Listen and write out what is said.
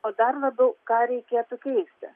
o dar labiau ką reikėtų keisti